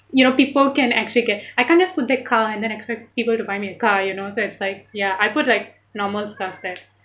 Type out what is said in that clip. you know people can actually get I can't just put a car and then expect people to buy me a car you know so it's like ya I put like normal stuff that